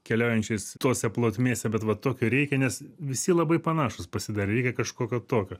keliaujančiais tose plotmėse bet va tokio reikia nes visi labai panašūs pasidarė reikia kažkokio tokio